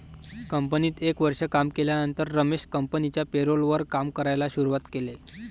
कंपनीत एक वर्ष काम केल्यानंतर रमेश कंपनिच्या पेरोल वर काम करायला शुरुवात केले